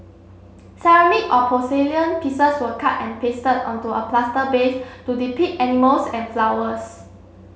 ceramic or porcelain pieces were cut and pasted onto a plaster base to depict animals and flowers